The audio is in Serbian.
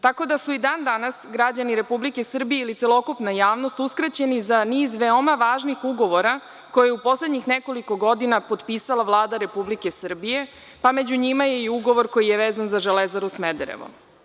Tako da su i dan-danas građani Republike Srbije ili celokupna javnost uskraćeni za niz veoma važnih ugovora koje je u poslednjih nekoliko godina potpisala Vlada Republike Srbije, pa među njima je i ugovor koji je vezan za „Železaru Smederevo“